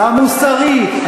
המוסרי,